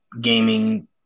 gaming